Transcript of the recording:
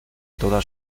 toda